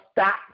stop